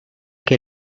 que